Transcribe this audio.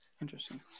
Interesting